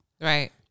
Right